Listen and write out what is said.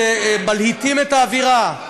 מלהיטים את האווירה.